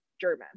German